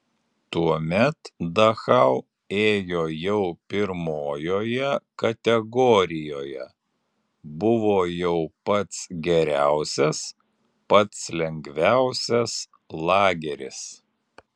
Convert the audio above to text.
tuomet dachau ėjo jau pirmojoje kategorijoje buvo jau pats geriausias pats lengviausias lageris